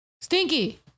Stinky